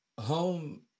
Home